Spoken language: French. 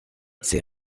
ces